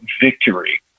victory